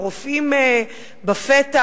הרופאים בפתח,